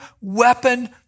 weapon